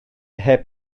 heb